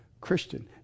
Christian